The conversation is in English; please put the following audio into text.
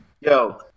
Yo